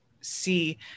see